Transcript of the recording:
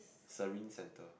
service centre